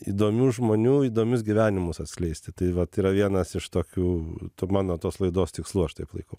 įdomių žmonių įdomius gyvenimus atskleisti tai vat yra vienas iš tokių mano tos laidos tikslų aš taip laikau